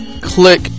Click